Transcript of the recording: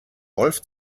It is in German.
wolf